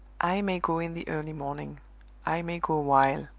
i may go in the early morning i may go while